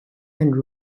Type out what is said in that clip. and